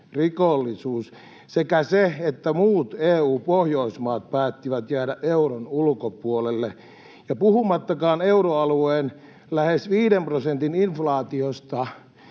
rikollisuus, sekä sen, että muut EU-Pohjoismaat päättivät jäädä euron ulkopuolelle, puhumattakaan euroalueen lähes viiden prosentin inflaatiosta,